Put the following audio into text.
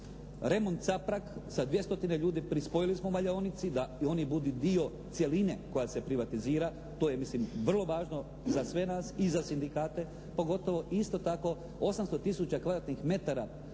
remont caprag sa 200 ljudi pripojili smo valjaonici da i oni budu dio cjeline koja se privatizira, to je mislim vrlo važno za sve nas i za sindikate pogotovo i isto tako 800 tisuća kvadratnih metara